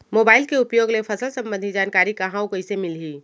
Mobile के उपयोग ले फसल सम्बन्धी जानकारी कहाँ अऊ कइसे मिलही?